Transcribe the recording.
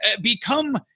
become